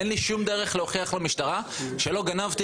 אין לי שום דרך להוכיח למשטרה שלא גנבתי